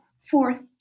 Fourth